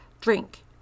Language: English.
drink